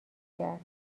کرد